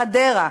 חדרה,